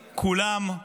כולם,